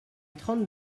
trente